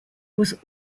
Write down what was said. was